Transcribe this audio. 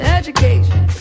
education